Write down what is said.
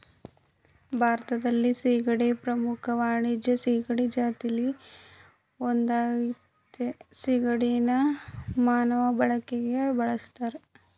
ಭಾರತೀಯ ಸೀಗಡಿ ಪ್ರಮುಖ ವಾಣಿಜ್ಯ ಸೀಗಡಿ ಜಾತಿಲಿ ಒಂದಾಗಯ್ತೆ ಸಿಗಡಿನ ಮಾನವ ಬಳಕೆಗೆ ಬಳುಸ್ತರೆ